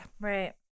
Right